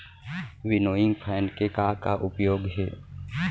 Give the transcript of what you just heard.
Winnowing fan के का का उपयोग हे?